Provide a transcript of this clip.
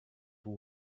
will